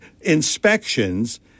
Inspections